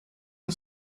and